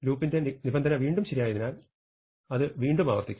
ലൂപ്പിന്റെ നിബന്ധന വീണ്ടും ശരിതന്നെയായതിനാൽ അത് വീണ്ടും ആവർത്തിക്കും